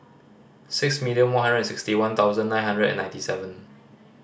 six million one hundred and sixty one thousand nine hundred and ninety seven